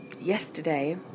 Yesterday